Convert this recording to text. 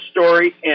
story